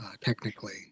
technically